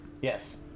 Yes